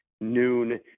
noon